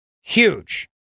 Huge